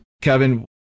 Kevin